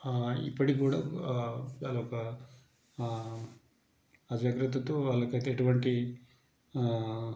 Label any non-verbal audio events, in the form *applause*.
ఇప్పటికీ కూడా *unintelligible* ఒక అజాగ్రత్తతో వాళ్ళకైతే ఎటువంటి